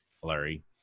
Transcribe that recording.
flurry